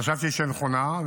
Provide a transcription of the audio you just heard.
חשבתי שהיא נכונה,